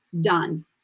done